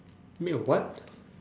meet your what